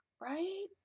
right